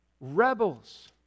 Rebels